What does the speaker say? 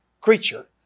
creature